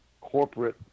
corporate